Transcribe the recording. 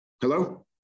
Hello